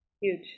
Huge